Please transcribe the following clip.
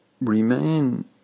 remain